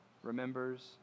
remembers